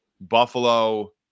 Buffalo